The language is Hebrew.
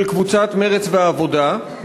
של קבוצת מרצ והעבודה,